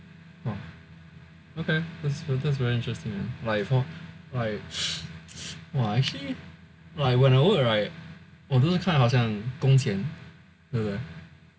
okay that's that's really interesting like like !wah! actually like when I work right 会不会好像看工钱